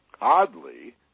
oddly